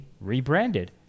rebranded